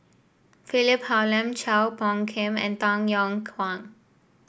Philip Hoalim Chua Phung Kim and Tay Yong Kwang